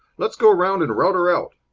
let's go round and rout her out.